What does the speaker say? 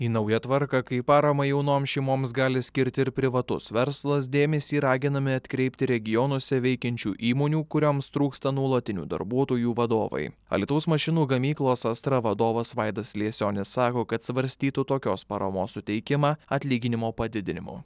į naują tvarką kaip paramą jaunoms šeimoms gali skirti ir privatus verslas dėmesį raginami atkreipti regionuose veikiančių įmonių kurioms trūksta nuolatinių darbuotojų vadovai alytaus mašinų gamyklos astra vadovas vaidas liesionis sako kad svarstytų tokios paramos suteikimą atlyginimo padidinimu